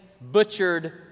butchered